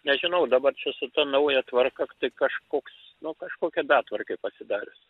nežinau dabar čia šita nauja tvarka tai kažkoks nu kažkokia betvarkė pasidarius